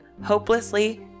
Hopelessly